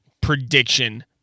prediction